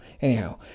Anyhow